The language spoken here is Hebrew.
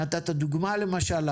נתת דוגמה למשל,